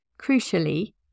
crucially